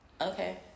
okay